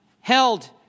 held